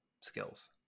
skills